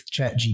ChatGPT